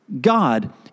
God